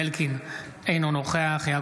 אינו נוכח קארין אלהרר,